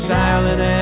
silent